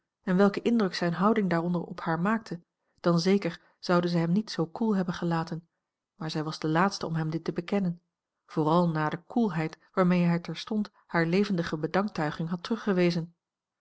en welken indruk zijne houding daaronder op haar maakte dan zeker zouden ze hem niet zoo koel hebben gelaten maar zij was de laatste om hem dit te bekennen vooral na de koelheid waarmee hij terstond hare levendige dankbetuiging had